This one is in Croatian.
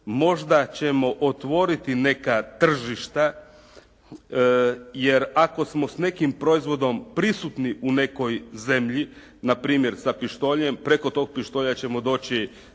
možda ćemo otvoriti neka tržišta jer ako smo s nekim proizvodom prisutni u nekoj zemlji npr. sa pištoljem, preko tog pištolja ćemo doći